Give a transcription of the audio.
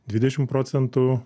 dvidešim procentų